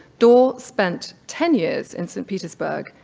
dawe spent ten years in saint petersburg,